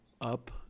up